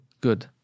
good